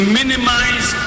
minimize